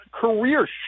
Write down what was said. career